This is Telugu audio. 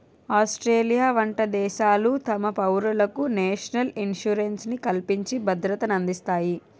ఆస్ట్రేలియా వంట దేశాలు తమ పౌరులకు నేషనల్ ఇన్సూరెన్స్ ని కల్పించి భద్రతనందిస్తాయి